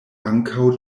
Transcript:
ankaŭ